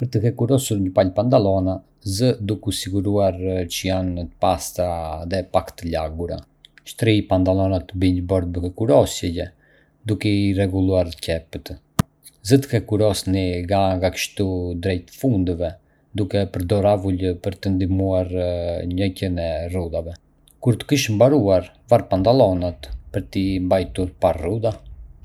Për të hekurosur një palë pantallona, zë duke u siguruar që janë të pastra dhe pak të lagura. Shtrij pantallonat mbi një bordë hekurosjeje, duke i rregulluar qepjet. Zëni të hekurosni nga jastëku drejt fundeve, duke përdorur avull për të ndihmuar në heqjen e rrudhave. Kur të kesh mbaruar, var pantallonat për t'i mbajtur pa rrudha.